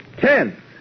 ten